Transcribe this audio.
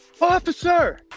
Officer